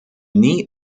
n’y